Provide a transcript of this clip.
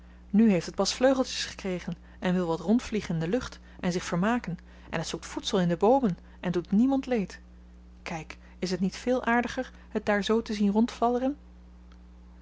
nu heeft het pas vleugeltjes gekregen en wil wat rondvliegen in de lucht en zich vermaken en t zoekt voedsel in de bloemen en doet niemand leed kyk is t niet veel aardiger het daar zoo te zien